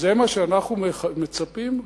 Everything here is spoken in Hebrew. זה מה שאנחנו מצפים?